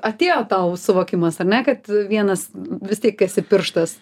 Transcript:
atėjo tau suvokimas ar ne kad vienas vis tiek esi pirštas